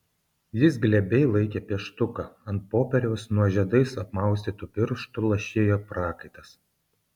jis glebiai laikė pieštuką ant popieriaus nuo žiedais apmaustytų pirštų lašėjo prakaitas